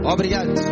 Obrigado